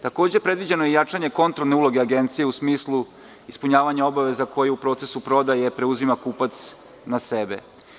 Takođe, predviđeno je jačanje kontrolne uloge Agencije u smislu ispunjavanje obaveza, koje u procesu prodaje preuzima kupac na sebe.